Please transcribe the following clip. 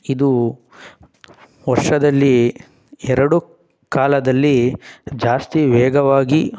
ಇದು ವರ್ಷದಲ್ಲಿ ಎರಡು ಕಾಲದಲ್ಲಿ ಜಾಸ್ತಿ ವೇಗವಾಗಿ